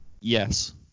Yes